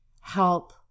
help